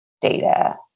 data